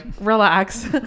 relax